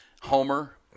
homer